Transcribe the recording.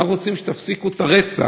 אנחנו רוצים שתפסיקו את הרצח.